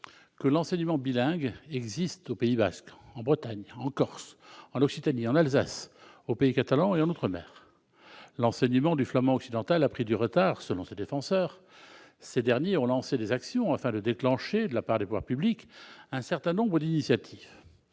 que l'enseignement bilingue existe au pays basque, en Bretagne, en Corse, en Occitanie, en Alsace, au pays catalan et en outre-mer. L'enseignement du flamand occidental a pris du retard, selon ses défenseurs. Ces derniers ont lancé des actions afin de déclencher, de la part des pouvoirs publics, un certain nombre d'initiatives.